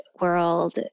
world